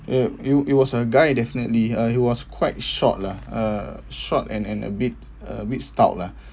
it it it was a guy definitely uh he was quite short lah uh short and and a bit uh a bit stout lah